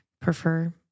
prefer